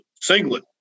singlet